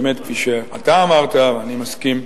באמת, כפי שאתה אמרת, ואני מסכים,